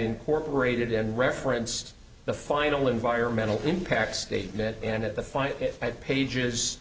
incorporated in reference the final environmental impact statement and at the five pages